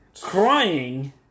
crying